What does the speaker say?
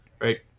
right